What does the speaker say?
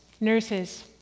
nurses